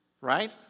right